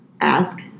ask